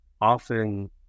often